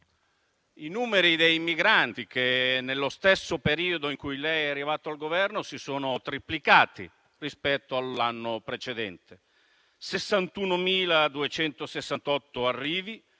I numeri dei migranti che, nello stesso periodo in cui lei è arrivata al Governo, si sono triplicati rispetto all'anno precedente: 61.268 arrivi,